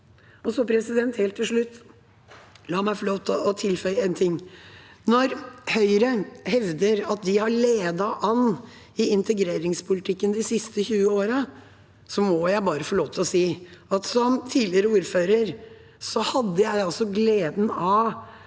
godt. La meg helt til slutt få lov til å tilføye en ting: Når Høyre hevder at de har ledet an i integreringspolitikken de siste 20 årene, må jeg bare få lov til å si at jeg som tidligere ordfører hadde gleden av